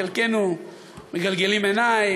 חלקנו מגלגלים עיניים,